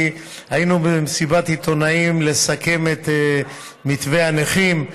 כי היינו במסיבת עיתונאים לסכם את מתווה הנכים.